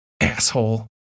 Asshole